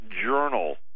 Journal